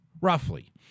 Roughly